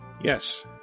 Yes